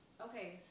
Okay